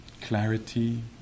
Clarity